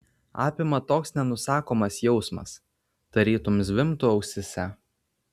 apima toks nenusakomas jausmas tarytum zvimbtų ausyse